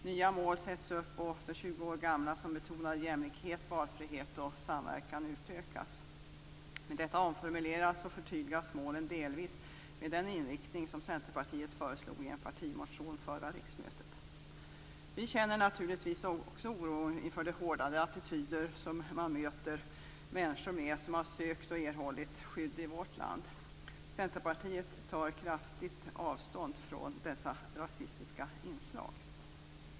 Nya mål sätts upp och de 20 år gamla målen som betonade jämlikhet, valfrihet och samverkan utökas. Med detta omformuleras och förtydligas målen delvis med den inriktning som Centerpartiet föreslog i en partimotion under förra riksmötet. Vi känner naturligtvis också oro inför de hårdnande attityder som nu möter människor som har sökt och erhållit skydd i vårt land. Centerpartiet tar kraftigt avstånd från dessa rasistiska inslag.